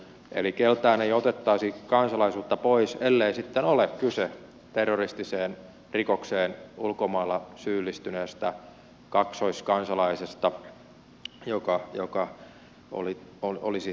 eli keltään ei otettaisi kansalaisuutta pois ellei sitten ole kyse terroristiseen rikokseen ulkomailla syyllistyneestä kaksoiskansalaisesta joka olisi henkilö